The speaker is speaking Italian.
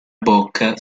bocca